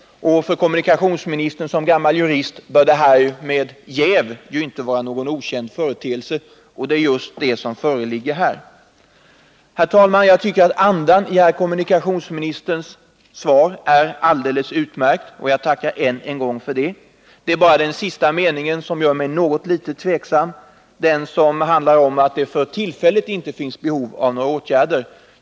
För kommunikationsministern som gammal jurist bör detta med jäv inte vara någon okänd företeelse. Det är just detta som föreligger här. Herr talman! Jag tycker andan i herr kommunikationsministerns svar är alldeles utmärkt, och jag tackar än en gång för det. Det är bara den sista meningen som gör mig litet tveksam. Den handlar om att det för tillfället inte finns behov av några åtgärder.